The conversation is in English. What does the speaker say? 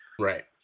Right